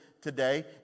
today